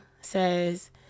says